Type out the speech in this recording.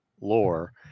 lore